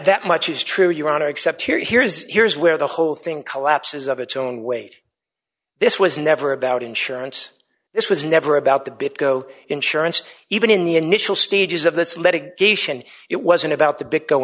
that much is true your honor except here here's here's where the whole thing collapses of its own weight this was never about insurance this was never about the big go insurance even in the initial stages of this litigation it wasn't about the big go